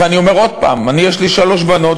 ואני אומר עוד הפעם: יש לי שלוש בנות.